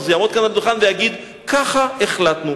הוא יעמוד כאן על הדוכן ויגיד: ככה החלטנו.